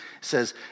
says